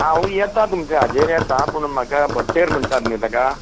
हांव येतां तुमच्या हाजेर येता पूण म्हाका भट्टेर म्हणटात न्हय ताका